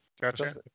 Gotcha